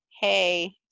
Hey